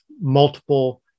multiple